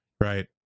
right